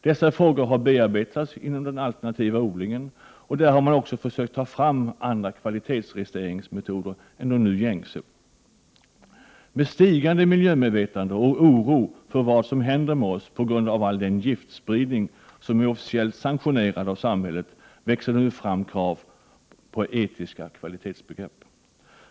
Dessa frågor har bearbetats inom den alternativa odlingen. Där har man också försökt ta fram andra metoder för registrering av kvalitet än de nu gängse. Med det stigande miljömedvetandet och oron för vad som händer med oss på grund av all den giftspridning som är officiellt sanktionerad av samhället växer det nu fram krav på etiska kvalitetsbegrepp.